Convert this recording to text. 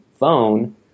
phone